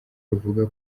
ruvuga